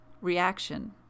reaction